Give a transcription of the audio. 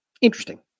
Interesting